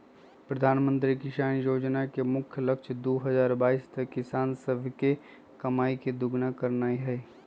प्रधानमंत्री किसान जोजना के मुख्य लक्ष्य दू हजार बाइस तक किसान सभके कमाइ के दुगुन्ना करनाइ हइ